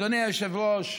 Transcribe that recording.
אדוני היושב-ראש,